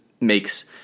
makes